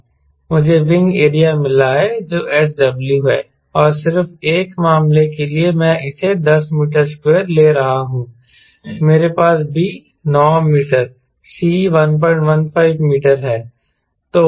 मुझे wing area मिला है जो SW है और सिर्फ एक मामले के लिए मैं इसे 10 m2 ले रहा हूं मेरे पास b 9 m c 115 m है